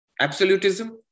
Absolutism